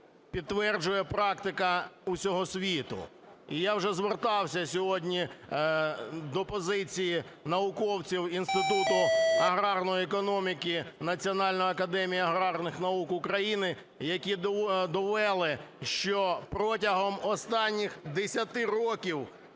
підтверджує практика усього світу. І я вже звертався сьогодні до позиції науковців Інституту аграрної економіки Національної академії аграрних наук України, які довели, що протягом останніх 10 років